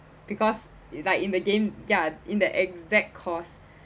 because it like in the game ya in the exact cause